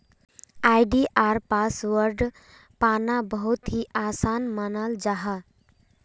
आई.डी.आर password पाना बहुत ही आसान मानाल जाहा